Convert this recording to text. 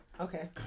Okay